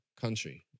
country